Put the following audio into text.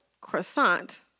Croissant